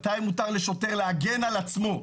מתי מותר לשוטר להגן על עצמו.